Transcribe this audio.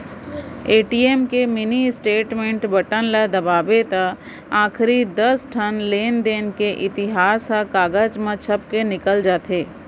ATM के mini statement button ल दबावें त आखरी दस ठन लेनदेन के इतिहास ह कागज म छपके निकल जाथे